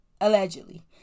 allegedly